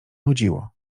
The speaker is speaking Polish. nudziło